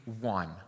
one